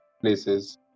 places